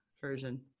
version